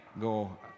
go